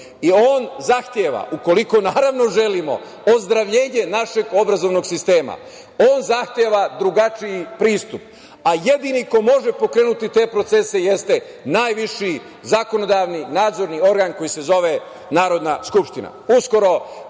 On zahteva, ukoliko naravno želimo ozdravljenje našeg obrazovnog sistema, on zahteva drugačiji pristup, a jedini ko može pokrenuti te procese jeste najviši zakonodavni nadzorni organ koji se zove Narodna skupština. Uskoro,